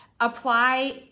apply